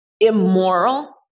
immoral